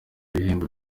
ibihembo